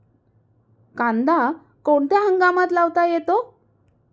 कांदा कोणत्या हंगामात लावता येतो?